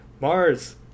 Mars